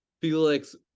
Felix